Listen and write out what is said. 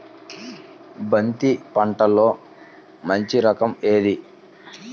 బంతి పంటలో మంచి రకం ఏది?